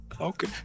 okay